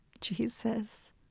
Jesus